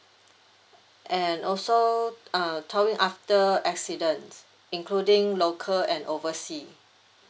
and also uh towing after accidents including local and oversea